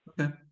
okay